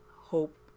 hope